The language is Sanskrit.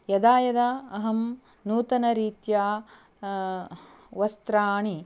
यदा यदा अहं नूतनरीत्या वस्त्राणि